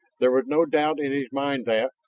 there was no doubt in his mind that,